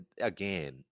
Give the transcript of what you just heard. again